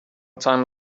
time